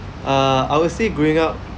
err I would say growing up